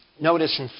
Notice